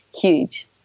huge